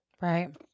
Right